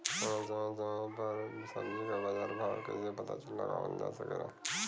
समय समय समय पर सब्जी क बाजार भाव कइसे पता लगावल जा सकेला?